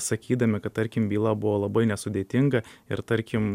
sakydami kad tarkim byla buvo labai nesudėtinga ir tarkim